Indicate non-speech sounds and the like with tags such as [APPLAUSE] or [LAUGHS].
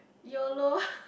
yolo [LAUGHS]